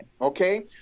okay